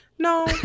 No